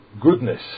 goodness